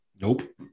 nope